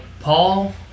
Paul